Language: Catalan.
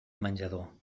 menjador